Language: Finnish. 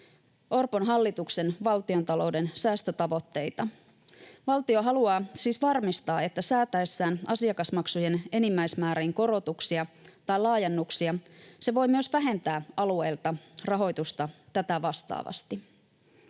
Orpon hallituksen valtiontalouden säästötavoitteita. Valtio haluaa siis varmistaa, että säätäessään asiakasmaksujen enimmäismääriin korotuksia tai laajennuksia se voi myös vähentää alueilta rahoitusta tätä vastaavasti.